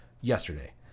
yesterday